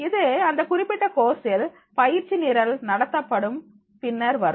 இது இந்த குறிப்பிட்ட கோர்ஸில் பயிற்சி நிரல் நடத்தப்படும்போது பின்னர் வரும்